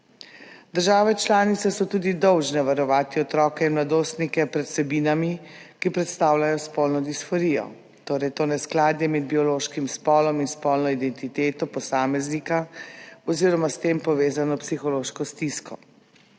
Države članice so tudi dolžne varovati otroke in mladostnike pred vsebinami, ki predstavljajo spolno disforijo, torej to neskladje med biološkim spolom in spolno identiteto posameznika oziroma s tem povezano psihološko stisko.